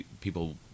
people